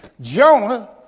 Jonah